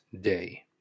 day